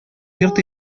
йорт